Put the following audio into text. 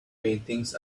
paintings